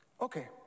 Okay